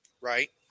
Right